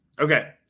Okay